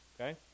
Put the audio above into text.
okay